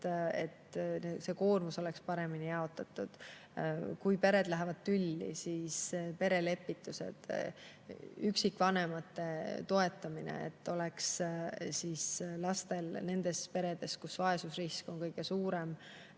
et koormus oleks paremini jaotatud. Kui pered lähevad tülli, siis perelepitused. Üksikvanemate toetamine, et lastel nendes peredes, kus vaesusrisk on kõige suurem,